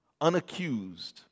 unaccused